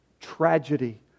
tragedy